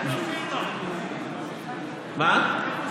איפה